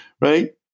right